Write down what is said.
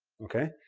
okay?